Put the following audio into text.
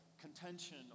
contention